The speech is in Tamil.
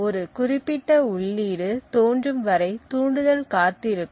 ஒரு குறிப்பிட்ட உள்ளீடு தோன்றும் வரை தூண்டுதல் காத்திருக்கும்